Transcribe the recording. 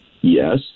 yes